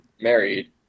married